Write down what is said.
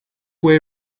way